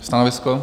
Stanovisko?